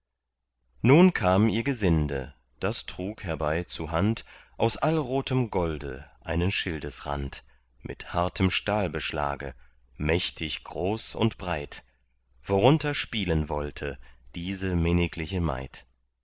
nun kam ihr gesinde das trug herbei zuhand aus allrotem golde einen schildesrand mit hartem stahlbeschlage mächtig groß und breit worunter spielen wollte diese minnigliche maid